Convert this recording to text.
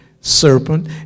serpent